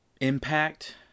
impact